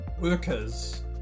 workers